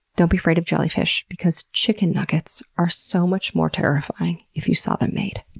don't be afraid of jellyfish because chicken nuggets are so much more terrifying if you saw them made.